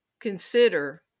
consider